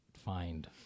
Find